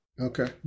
Okay